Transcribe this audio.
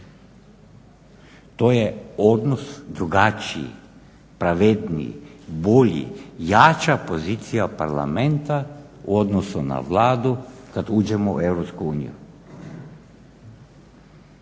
To je odnos drugačiji, pravedniji, bolji, jača pozicija Parlamenta u odnosu na Vladu, kad uđemo u